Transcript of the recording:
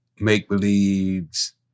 make-believes